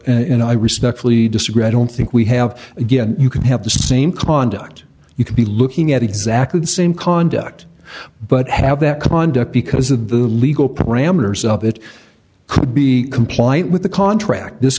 in i respectfully disagree i don't think we have again you can have the same conduct you could be looking at exactly the same conduct but have that conduct because of the legal parameters of it could be compliant with the contract this